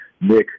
Nick